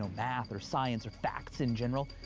ah math or science or facts in general.